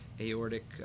aortic